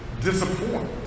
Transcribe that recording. disappoint